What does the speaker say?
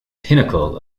pinnacle